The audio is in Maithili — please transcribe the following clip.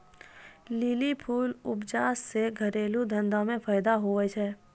लीली फूल उपजा से घरेलू धंधा मे फैदा हुवै छै